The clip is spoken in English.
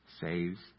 saves